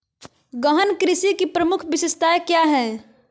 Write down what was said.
गहन कृषि की प्रमुख विशेषताएं क्या है?